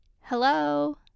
hello